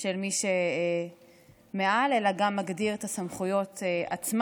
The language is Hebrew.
של מי שמעל אלא זה גם מגדיר את הסמכויות עצמן,